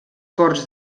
corts